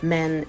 Men